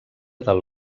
del